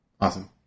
awesome